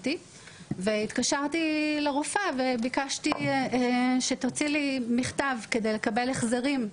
התקשרתי לרופאה וביקשתי שתוציא לי מכתב כדי לקבל החזרים.